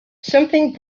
something